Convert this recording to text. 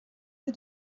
peu